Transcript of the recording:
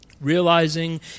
realizing